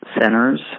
centers